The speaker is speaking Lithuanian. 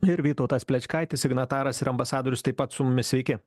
ir vytautas plečkaitis signataras ir ambasadorius taip pat su mumis sveiki